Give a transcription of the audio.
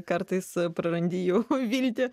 kartais prarandi jau viltį